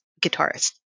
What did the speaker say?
guitarist